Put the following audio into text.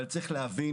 אבל צריך להבין